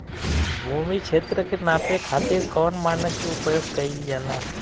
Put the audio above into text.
भूमि क्षेत्र के नापे खातिर कौन मानक के उपयोग कइल जाला?